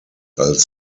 als